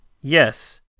Yes